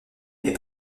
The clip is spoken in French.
est